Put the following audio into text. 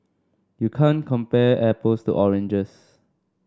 you can't compare apples to oranges